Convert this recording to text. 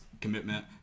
commitment